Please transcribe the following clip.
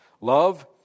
Love